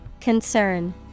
Concern